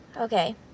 Okay